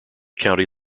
county